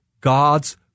God's